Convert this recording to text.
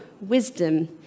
wisdom